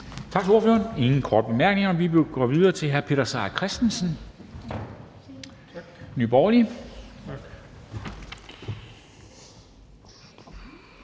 Tak til ordføreren. Der er ingen korte bemærkninger, og vi går videre til hr. Peter Seier Christensen, Nye Borgerlige.